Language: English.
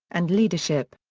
and leadership.